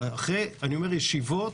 אחרי ישיבות.